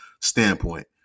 standpoint